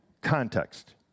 context